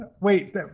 Wait